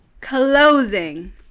Closing